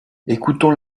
écoutons